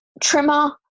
trimmer